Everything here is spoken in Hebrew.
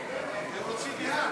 חיים,